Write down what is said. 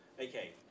Okay